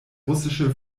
russische